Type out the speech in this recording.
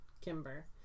Kimber